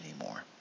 anymore